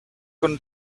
going